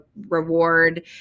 reward